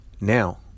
now